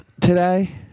today